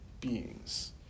beings